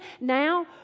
now